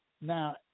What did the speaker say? now